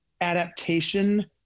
adaptation